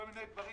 כל מיני דברים